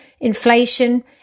Inflation